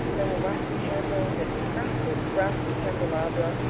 there were wax candles, in massive brass candelabra,